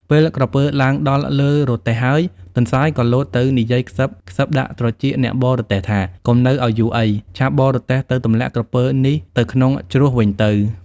ពេលក្រពើឡើងដល់លើរទេះហើយ ទន្សាយក៏លោតទៅនិយាយខ្សឹបៗដាក់ត្រចៀកអ្នកបរទេះថា "កុំនៅឲ្យយូរអី! ឆាប់បរទេះទៅទម្លាក់ក្រពើនេះទៅក្នុងជ្រោះវិញទៅ!